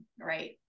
right